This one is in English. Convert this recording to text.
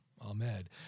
Ahmed